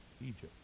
Egypt